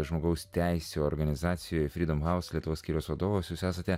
žmogaus teisių organizacijoje freedom house lietuvos skyriaus vadovas jūs esate